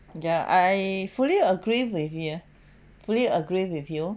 ya I fully agree with you fully agree with you